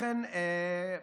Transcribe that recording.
לכן,